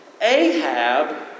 Ahab